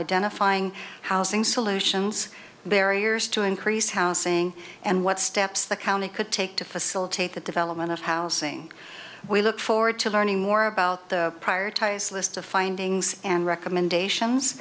identifying housing solutions barriers to increase housing and what steps the county could take to facilitate the development of housing we look forward to learning more about the prior ties list of findings and recommendations